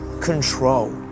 control